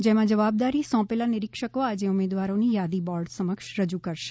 જેમાં જવાબદારી સોંપેલાં નિરીક્ષકો આજે ઉમેદવારોની યાદી બોર્ડ સમક્ષ રજૂ કરશે